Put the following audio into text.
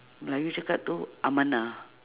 melayu cakap tu amanah